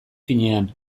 finean